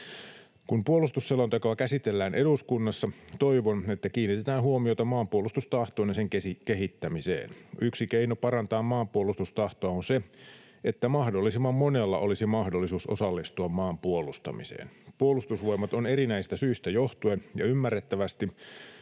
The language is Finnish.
Kun puolustusselontekoa käsitellään eduskunnassa, toivon, että kiinnitetään huomiota maanpuolustustahtoon ja sen kehittämiseen. Yksi keino parantaa maanpuolustustahtoa on se, että mahdollisimman monella olisi mahdollisuus osallistua maan puolustamiseen. Puolustusvoimat on erinäisistä syistä johtuen ja ymmärrettävästi